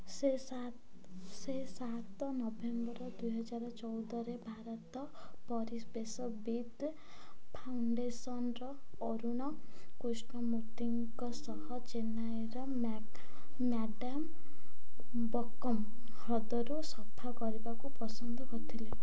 ସେ ସାତ ସେ ସାତ ନଭେମ୍ବର ଦୁଇହଜାର ଚଉଦରେ ଭାରତର ପରିବେଶବିତ ଫାଉଣ୍ଡେସନ୍ର ଅରୁଣ କୃଷ୍ଣମୂର୍ତ୍ତିଙ୍କ ସହ ଚେନ୍ନାଇର ମ୍ୟାଡ଼ାମ୍ ବକ୍କମ୍ ହ୍ରଦକୁ ସଫା କରିବାକୁ ପସନ୍ଦ କରିଥିଲେ